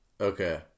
Okay